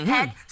Head